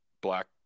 black